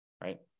right